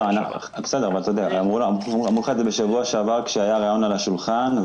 אמרו לך את זה בשבוע שעבר כאשר היה רעיון על השולחן,